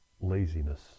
laziness